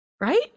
right